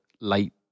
late